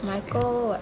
michael what